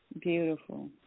Beautiful